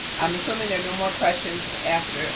i'm assuming they're no more questions after